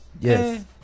Yes